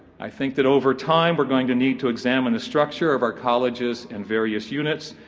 i think that over time we're going to need to examine the structure of our colleges and various units,